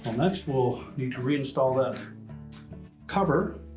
next, we'll need to reinstall that cover.